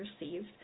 received